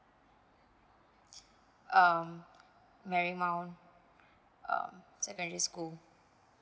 um marymount um secondary school